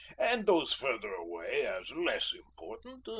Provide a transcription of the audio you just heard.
and those further away as less important,